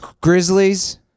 Grizzlies